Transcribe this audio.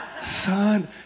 Son